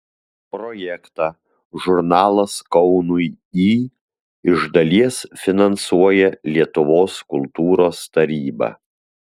projektą žurnalas kaunui į iš dalies finansuoja lietuvos kultūros taryba